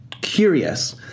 curious